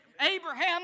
Abraham